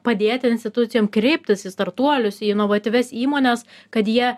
padėti institucijom kreiptis į startuolius į inovatyvias įmones kad jie